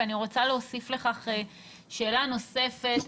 ואני רוצה להוסיף לכך שאלה נוספת.